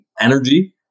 energy